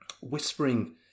whispering